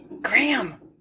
Graham